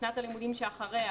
לשנת הלימודים שאחריה,